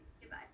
Goodbye